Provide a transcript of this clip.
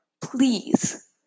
please